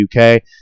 UK